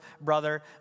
brother